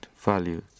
values